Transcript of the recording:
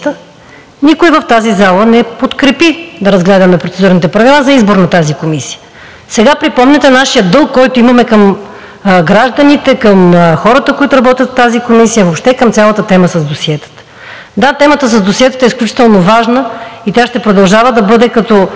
никой в тази зала не подкрепи да разгледаме Процедурните правила за избор на тази Комисия. Сега припомняте нашия дълг, който имаме към гражданите, към хората, които работят в тази Комисия, въобще към цялата тема с досиетата. Да, темата с досиетата е изключително важна – тя ще продължава да бъде като